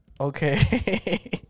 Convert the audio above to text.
Okay